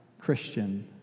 Christian